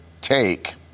take